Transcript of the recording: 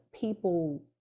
people